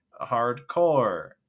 hardcore